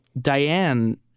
Diane